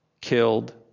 killed